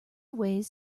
ways